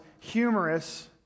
humorous